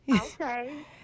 Okay